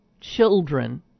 children